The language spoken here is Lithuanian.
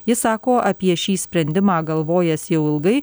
jis sako apie šį sprendimą galvojęs jau ilgai